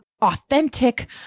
authentic